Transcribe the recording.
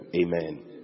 Amen